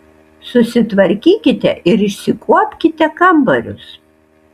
susitvarkykite ir išsikuopkite kambarius